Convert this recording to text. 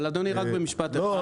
אבל אדוני, רק במשפט אחד.